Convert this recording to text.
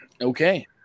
Okay